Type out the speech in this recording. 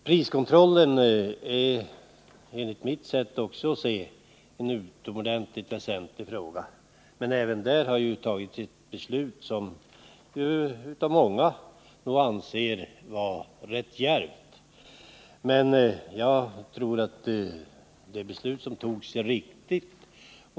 Priskontrollen är enligt mitt sätt att se en utomordentligt väsentlig fråga, och regler för denna har fastställts. Detta anser många vara ett rätt djärvt beslut, men jag tror att det beslut som har fattats är riktigt.